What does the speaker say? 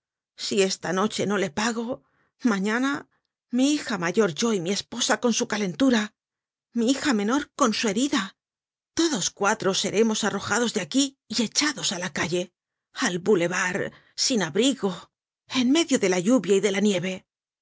si esta noche no le pago mañana mi hija mayor yo mi esposa con su calentura mi hija menor con su herida todos cuatro seremos ar rajados de aquí y echados á la calle al boulevard sin abrigo en medio de la lluvia y de la nieve